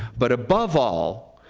but above all,